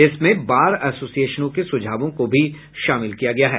इसमें बार एसोसिएशनों के सुझावों को भी शामिल किया गया है